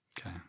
okay